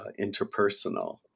interpersonal